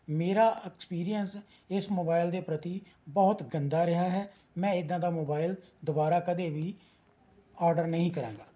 ਮੇਰਾ ਐਕਸਪੀਰੀਐਂਸ ਇਸ ਮੋਬਾਇਲ ਦੇ ਪ੍ਰਤੀ ਬਹੁਤ ਗੰਦਾ ਰਿਹਾ ਹੈ ਮੈਂ ਇੱਦਾਂ ਦਾ ਮੋਬਾਇਲ ਦੁਬਾਰਾ ਕਦੇ ਵੀ ਆਰਡਰ ਨਹੀਂ ਕਰਾਂਗਾ